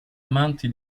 amanti